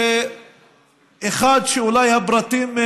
שאולי הפרטים,